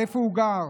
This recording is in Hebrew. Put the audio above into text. איפה הוא גר?